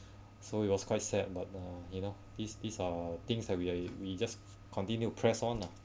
so it was quite sad but uh you know this this uh things like we we just continue to press on lah